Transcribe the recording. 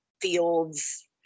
fields